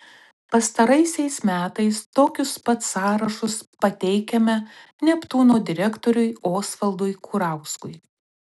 pastaraisiais metais tokius pat sąrašus pateikiame neptūno direktoriui osvaldui kurauskui